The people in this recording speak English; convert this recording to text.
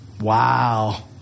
Wow